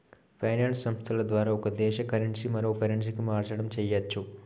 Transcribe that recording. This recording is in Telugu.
ఫైనాన్స్ సంస్థల ద్వారా ఒక దేశ కరెన్సీ మరో కరెన్సీకి మార్చడం చెయ్యచ్చు